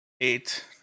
Eight